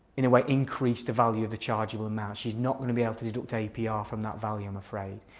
in a way increase the value of the chargeable amount. she's not going to be able to deduct apr ah from that value i'm afraid.